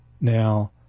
Now